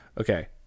Okay